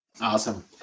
Awesome